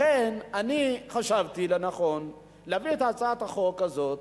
לכן, אני חשבתי לנכון להביא את הצעת החוק הזו.